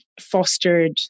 fostered